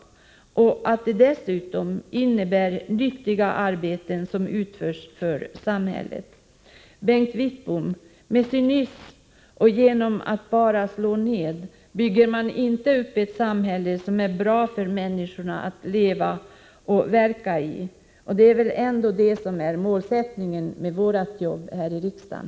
Det är dessutom fråga om nyttiga arbeten som utförs för samhället. Bengt Wittbom! Med cynism och genom att bara slå ner bygger man inte upp ett samhälle som är bra för människorna att leva och verka i. Och det är väl ändå detta att bygga upp ett sådant samhälle som är målsättningen med vårt arbete här i riksdagen.